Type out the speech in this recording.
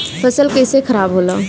फसल कैसे खाराब होला?